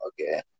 okay